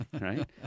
right